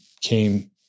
came